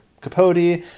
Capote